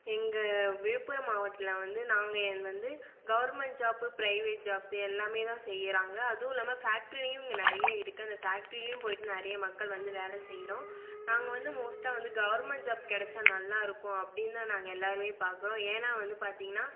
எங்கள் விழுப்புரம் மாவட்டத்தில் வந்து நாங்கள் என் வந்து கவர்மெண்ட் ஜாப்பு பிரைவேட் ஜாப்ஸ் எல்லாமே தான் செய்கிறாங்க அதுவுல்லாமல் ஃபேக்ட்டிரிரியும் இங்கே நிறைய இருக்கு அந்த ஃபேக்ட்ரிலேயும் போயிட்டு நிறைய மக்கள் வந்து வேலை செய்கிறோம் நாங்கள் வந்து மோஸ்ட்டாக வந்து கவர்மெண்ட் ஜாப் கிடச்சா நல்லாயிருக்கும் அப்படின்னு தான் நாங்கள் எல்லோருமே பார்க்கறோம் ஏன்னால் வந்து பார்த்தீங்கன்னா